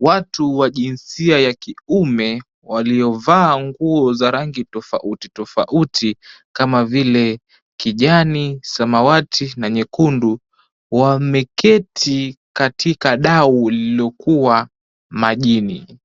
Watu wa jinsia ya kiume waliovaa nguo za rangi tofauti tofauti, kama vile; kijani, samawati, na nyekundu, wameketi katika dau lililokuwa majini.